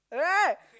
right